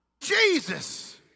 Jesus